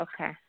Okay